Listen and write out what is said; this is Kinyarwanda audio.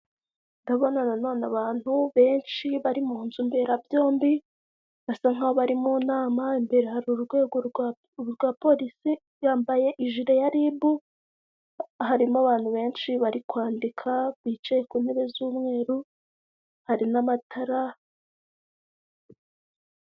Ndabona na none abantu benshi bari mu nzu mberabyombi, basa nk'aho bari mu nama, imbere hari urwego rwa polisi yambaye jire ya ribu, harimo abantu benshi bari kwandika bicaye ku ntebe z'umweru hari n'amatara